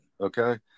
Okay